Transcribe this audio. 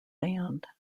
band